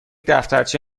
دفترچه